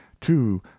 two